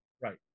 Right